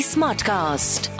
Smartcast